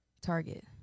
target